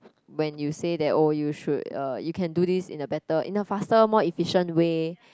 when you say that oh you should uh you can do this in a better in a faster more efficient way